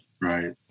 Right